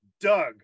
Doug